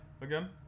again